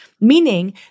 meaning